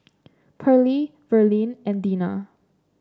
Perley Verlene and Dina